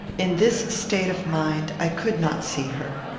in this state of mind, i could not see her.